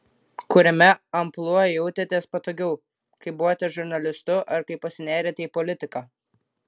kuriame amplua jautėtės patogiau kai buvote žurnalistu ar kai pasinėrėte į politiką